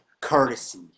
courtesy